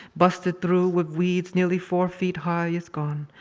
busted through with weeds nearly four feet high, is gone.